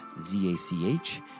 Z-A-C-H